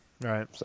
right